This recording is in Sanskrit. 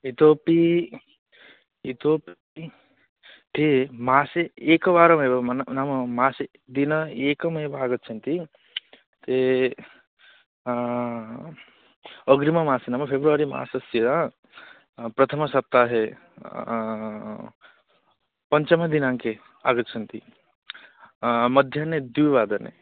इतोपि इतोपि ते मासे एकवारमेव मन नाम मासे दिनम् एकमेव आगच्छन्ति ते अग्रिममासे नाम फ़ेब्रवरि मासस्य प्रथमसप्ताहे पञ्चमदिनाङ्के आगच्छन्ति मध्याह्ने द्विवादने